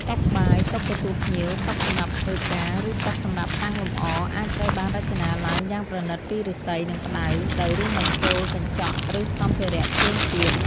តុបាយ តុទទួលភ្ញៀវ តុសម្រាប់ធ្វើការ ឬតុសម្រាប់តាំងលម្អ អាចត្រូវបានរចនាឡើងយ៉ាងប្រណិតពីឫស្សី និងផ្តៅ ដោយរួមបញ្ចូលកញ្ចក់ ឬសម្ភារៈផ្សេងទៀត។